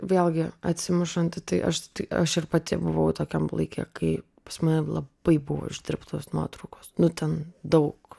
vėlgi atsimušant į tai aš aš ir pati buvau tokiam laike kai pas mane labai buvo išdirbtos nuotraukos nu ten daug